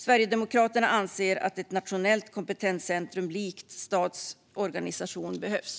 Sverigedemokraterna anser att ett nationellt kompetenscentrum likt STAD:s organisation behövs.